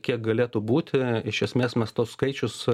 kiek galėtų būt i iš esmės mes tuos skaičius